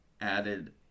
added